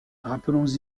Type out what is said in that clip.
rappelons